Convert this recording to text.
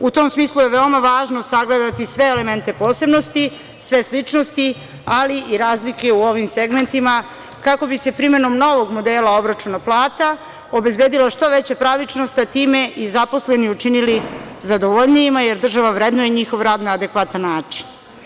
U tom smislu je veoma važno sagledati sve elemente posebnosti, sve sličnosti, ali i razlike u ovim segmentima, kako bi se primenom novog modela obračuna plata obezbedila što veća pravičnost, a time i zaposleni učinili zadovoljnijima, jer država vrednuje njihov rad na adekvatan način.